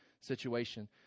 situation